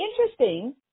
interesting